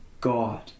God